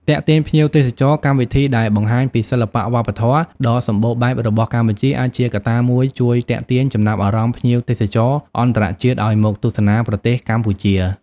ទាក់ទាញភ្ញៀវទេសចរ កម្មវិធីដែលបង្ហាញពីសិល្បៈវប្បធម៌ដ៏សម្បូរបែបរបស់កម្ពុជា អាចជាកត្តាមួយជួយទាក់ទាញចំណាប់អារម្មណ៍ភ្ញៀវទេសចរអន្តរជាតិឱ្យមកទស្សនាប្រទេសកម្ពុជា។